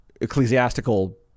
ecclesiastical